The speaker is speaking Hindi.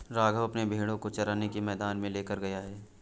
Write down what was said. राघव अपने भेड़ों को चराने के लिए मैदान में लेकर गया है